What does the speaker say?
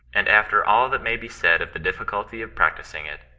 and after all that may be said of the difficulty of practising it,